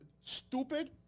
stupid